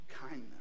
kindness